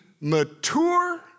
mature